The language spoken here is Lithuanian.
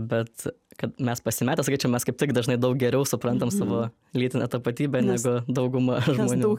bet kad mes pasimetę sakyčiau mes kaip tik dažnai daug geriau suprantam savo lytinę tapatybę negu dauguma žmonių